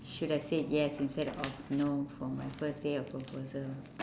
should have said yes instead of no for my first day of proposal